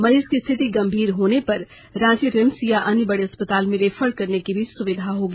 मरीज की स्थिति गंभीर होने पर रांची रिम्स या अन्य बड़े अस्पताल में रेफर करने की भी सुविधा होगी